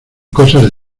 cosas